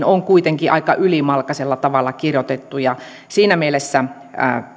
on kuitenkin aika ylimalkaisella tavalla kirjoitettu ja siinä mielessä